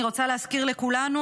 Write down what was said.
אני רוצה להזכיר לכולנו,